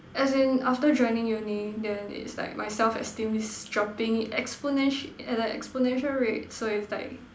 as in after joining Uni then it's like my self esteem is dropping exponentia~ at an exponential rate so it's like